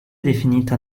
definita